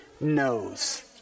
knows